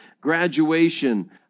graduation